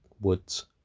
Woods